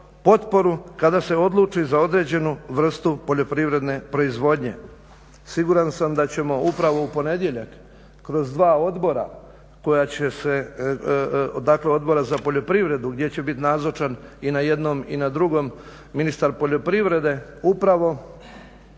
potporu kada se odluči za određenu vrstu poljoprivredne proizvodnje. Siguran sam da ćemo upravu u ponedjeljak kroz dva odbora dakle Odbora za poljoprivredu gdje će biti nazočan i na jednom i na drugom ministar poljoprivrede upravo